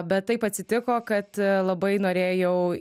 bet taip atsitiko kad labai norėjau